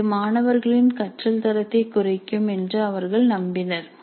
இது மாணவர்களின் கற்றல் தரத்தை குறைக்கும் என்று அவர்கள் நம்பினர்